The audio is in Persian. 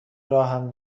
راهم